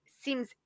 seems